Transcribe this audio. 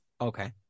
Okay